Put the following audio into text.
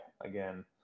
again